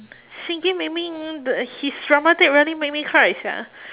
shingen maybe um the his dramatic really make me cry sia